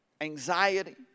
anxiety